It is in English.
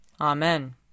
Amen